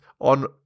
on